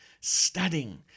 studying